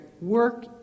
work